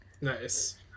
Nice